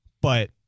but-